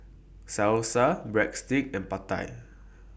Salsa Breadsticks and Pad Thai